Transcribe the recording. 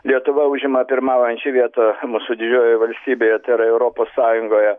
lietuva užima pirmaujančią vietą mūsų didžiojoje valstybėje tai yra europos sąjungoje